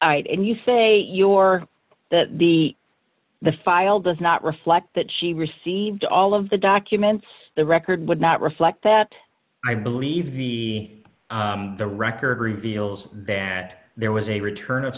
not and you say your the the the file does not reflect that she received all of the documents the record would not reflect that i believe the the record reveals that there was a return of